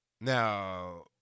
Now